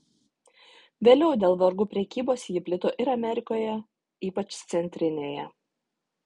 vėliau dėl vergų prekybos ji plito ir amerikoje ypač centrinėje